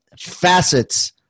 Facets